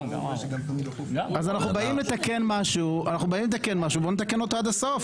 אנחנו באים לתקן משהו אז בואו נתקן אותו עד הסוף.